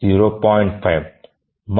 5